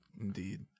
Indeed